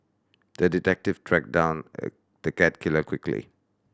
the detective tracked down the cat killer quickly